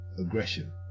aggression